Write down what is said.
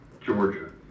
Georgia